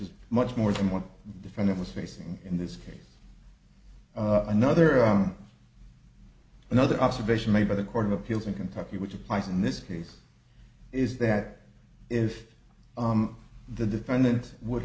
is much more than one defendant was facing in this case another on another observation made by the court of appeals in kentucky which applies in this case is that if the defendant would